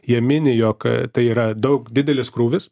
jie mini jog tai yra daug didelis krūvis